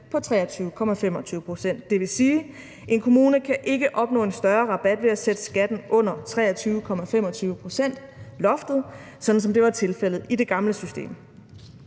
på 23,25 pct. Det vil sige, at en kommune ikke kan opnå en større rabat ved at sætte skatten under 23,25 pct.-loftet, sådan som det var tilfældet i det gamle system.